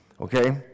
okay